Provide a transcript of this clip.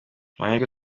amahirwe